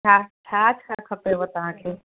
हा छा छा खपेव तव्हांखे